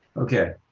okay.